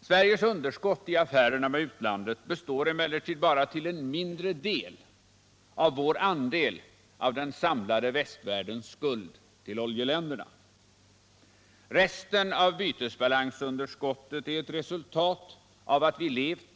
Sveriges underskott i affärerna med utlandet består emellertid bara till en mindre del av vår andel av den samlade västvärldens skuld till oljeländerna. Resten av bytesbalansunderskottet är ett resultat av att vi levt